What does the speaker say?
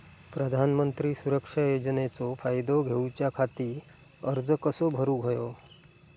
प्रधानमंत्री सुरक्षा योजनेचो फायदो घेऊच्या खाती अर्ज कसो भरुक होयो?